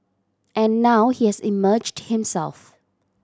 and now he has emerged himself